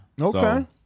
Okay